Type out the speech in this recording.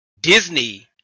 Disney